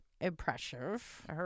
impressive